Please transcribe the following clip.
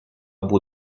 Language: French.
beau